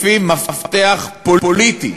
לפי מפתח פוליטי: